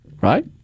right